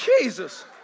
Jesus